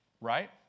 Right